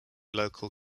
local